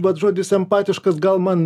vat žodis empatiškas gal man